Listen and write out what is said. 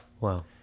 Wow